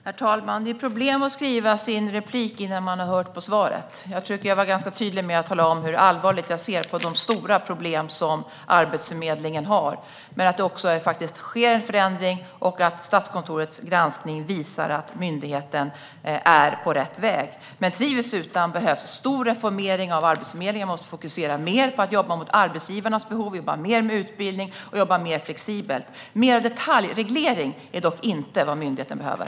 Herr talman! Det är problematiskt att skriva sitt inlägg innan man har hört svaret. Jag tycker att jag var ganska tydlig med att tala om hur allvarligt jag ser på de stora problem som Arbetsförmedlingen har. Men det sker faktiskt en förändring, och Statskontorets granskning visar att myndigheten är på rätt väg. Tvivelsutan behövs dock en stor reformering av Arbetsförmedlingen. Vi måste fokusera mer på att jobba mot arbetsgivarnas behov, jobba mer med utbildning och jobba mer flexibelt. Mer detaljreglering är dock inte vad myndigheten behöver.